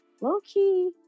low-key